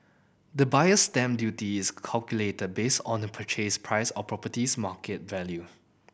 the Buyer's Stamp Duty is calculated based on the purchase price or property's market value